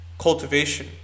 Cultivation